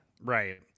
Right